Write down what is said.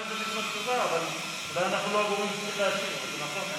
אבל אולי אנחנו לא הגורמים, אין בעיה.